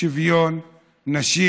שוויון נשים